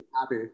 happy